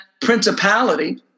principality